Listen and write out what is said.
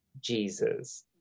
Jesus